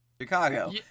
Chicago